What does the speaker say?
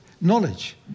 knowledge